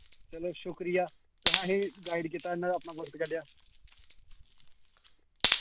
चलो शुक्रिया तुसैं असें गाइड कीत्ता इन्ना अपना वक्त कड्डेया